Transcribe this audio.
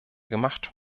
gemacht